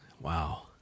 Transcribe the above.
wow